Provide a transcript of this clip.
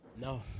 No